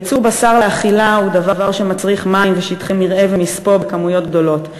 ייצור בשר לאכילה הוא דבר שמצריך מים ושטחי מרעה ומספוא בכמויות גדולות,